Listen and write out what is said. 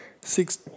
six